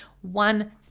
one